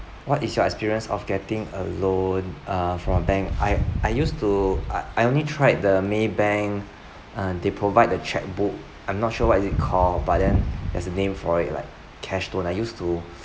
what is your experience of getting a loan uh from a bank I I used to I I only tried the maybank uh they provide the cheque book I'm not sure what is it call but then there's a name for it like cash loan I used to